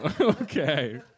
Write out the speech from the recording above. Okay